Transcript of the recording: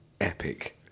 epic